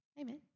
amen